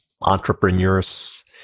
entrepreneurs